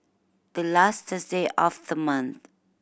the last Thursday of the month